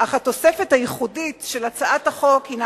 אך התוספת הייחודית של הצעת החוק הינה